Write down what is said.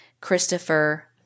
Christopher